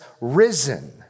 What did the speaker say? risen